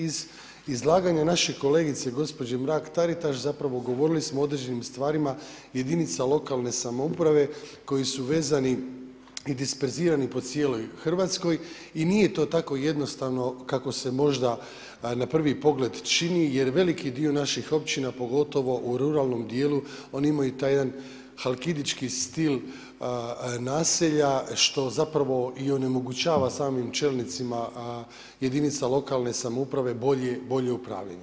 Iz izlaganja naše kolegice gospođe Mrak-Taritaš zapravo govorili smo o određenim stvarima jedinica lokalne samouprave koji su vezani i disperzirani po cijeloj Hrvatskoj i nije to tako jednostavno kako se možda na prvi pogled čini, jer veliki dio naših općina pogotovo u ruralnom dijelu oni imaju taj jedan halkidički stil naselja što zapravo i onemogućava samim čelnicima jedinica lokalne samouprave bolje upravljanje.